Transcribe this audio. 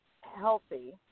healthy